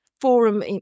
forum